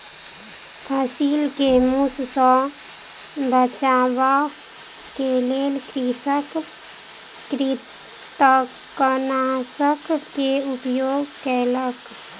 फसिल के मूस सॅ बचाबअ के लेल कृषक कृंतकनाशक के उपयोग केलक